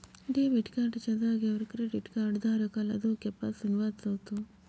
debit card च्या जागेवर credit card धारकाला धोक्यापासून वाचवतो